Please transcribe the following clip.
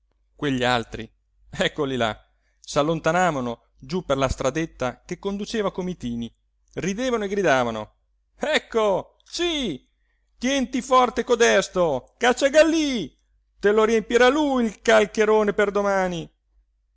quegli altri eccoli là s'allontanavano giú per la stradetta che conduceva a comitini ridevano e gridavano ecco sí tienti forte codesto cacciagallí te lo riempirà lui il calcherone per domani